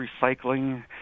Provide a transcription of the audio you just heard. recycling